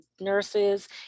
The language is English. nurses